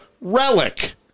relic